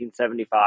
1975